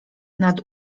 nad